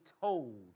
told